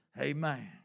Amen